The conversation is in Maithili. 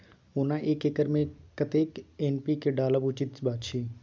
ओना एक एकर मे कतेक एन.पी.के डालब उचित अछि?